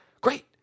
Great